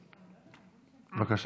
בבקשה,